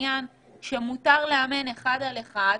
שמותר לאמן אחד על אחד,